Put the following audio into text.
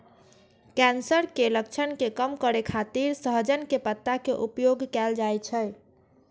cancer के लक्षण के कम करै खातिर सहजन के पत्ता के उपयोग कैल जाइ छै